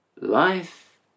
Life